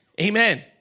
Amen